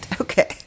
Okay